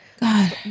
God